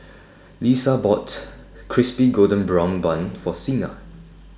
Lesa bought Crispy Golden Brown Bun For Sina